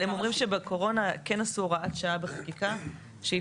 הם אומרים שבקורונה כן עשו הוראת שעה בחקיקה שאפשרה